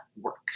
work